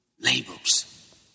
labels